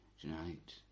tonight